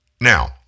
Now